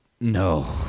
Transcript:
No